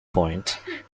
point